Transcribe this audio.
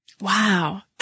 Wow